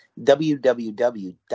www